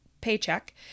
paycheck